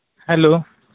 hello